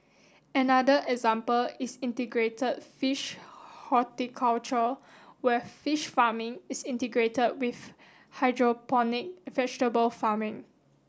another example is integrated fish horticulture where fish farming is integrated with hydroponic vegetable farming